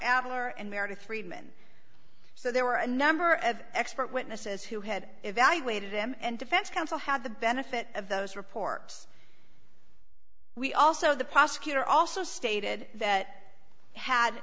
abner and meredith friedman so there were a number of expert witnesses who had evaluated him and defense counsel had the benefit of those reports we also the prosecutor also stated that had